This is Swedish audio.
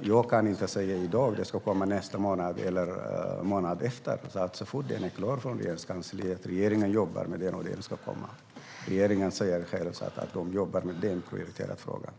Jag kan i dag inte säga om det ska komma nästa månad eller månaden efter. Men så fort Regeringskansliet är klart med detta kommer förslaget. Regeringen säger själv att det är en prioriterad fråga som man jobbar med.